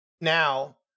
Now